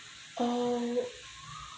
oh